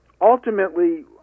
Ultimately